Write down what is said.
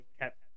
kept